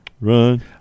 run